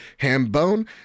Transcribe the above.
Hambone